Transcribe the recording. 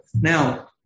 Now